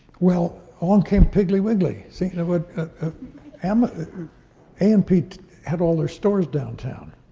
well, along came piggly wiggly, see? kind of ah um a and p had all their stores downtown.